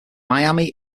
miami